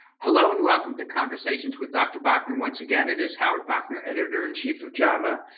hello and welcome to conversations with dr. bauchner. once again it is howard bauchner, editor in chief of jama.